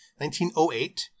1908